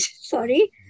Sorry